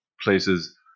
places